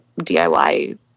DIY